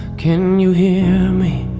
can you hear me?